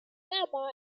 gama